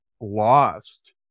lost